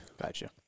Gotcha